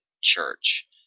church